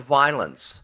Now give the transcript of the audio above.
violence